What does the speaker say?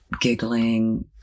giggling